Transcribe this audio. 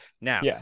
Now